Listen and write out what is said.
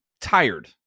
tired